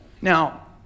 Now